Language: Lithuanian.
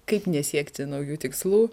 kaip nesiekti naujų tikslų